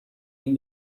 این